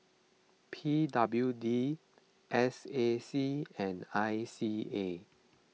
P W D S A C and I C A